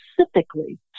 specifically